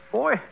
Boy